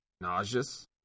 nauseous